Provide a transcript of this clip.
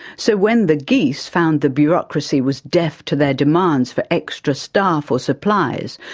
so when the geese found the bureaucracy was deaf to their demands for extra staff or supplies,